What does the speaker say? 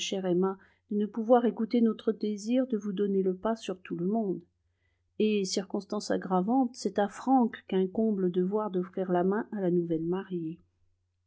de ne pouvoir écouter notre désir de vous donner le pas sur tout le monde et circonstance aggravante c'est à frank qu'incombe le devoir d'offrir la main à la nouvelle mariée